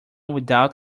without